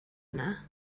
yna